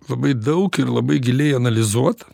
labai daug ir labai giliai analizuot